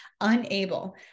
unable